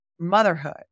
motherhood